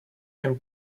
him